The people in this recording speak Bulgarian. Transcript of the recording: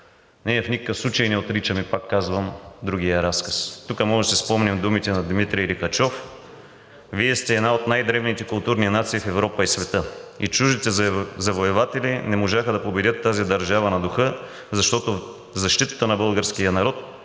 Ние в никакъв случай не отричаме, пак казвам, другия разказ. Тук можем да си спомним думите на Дмитрий Лихачов: „Вие сте една от най-древните културни нации в Европа и света и чуждите завоеватели не можаха да победят тази държава на духа, защото в защитата на българския народ